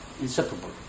inseparable